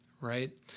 right